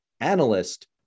analyst